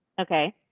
okay